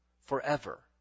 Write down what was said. forever